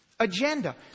Agenda